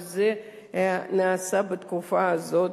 וזה נעשה בתקופה הזאת,